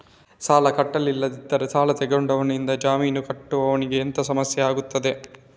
ಸಾಲ ಕಟ್ಟಿಲ್ಲದಿದ್ದರೆ ಸಾಲ ತೆಗೆದುಕೊಂಡವನಿಂದ ಜಾಮೀನು ಕೊಟ್ಟವನಿಗೆ ಎಂತ ಸಮಸ್ಯೆ ಆಗ್ತದೆ?